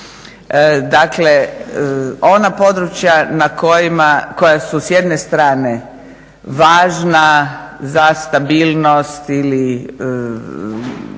dakle ona područja koja su s jedne strane važna za stabilnost ili